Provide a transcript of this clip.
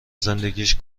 زندگیش